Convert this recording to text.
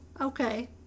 Okay